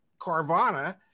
Carvana